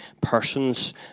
persons